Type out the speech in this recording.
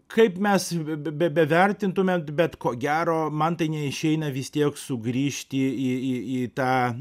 kaip mes be bevertintume bet ko gero man tai neišeina vis tiek sugrįžti į į į tą